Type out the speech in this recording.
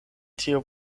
tiu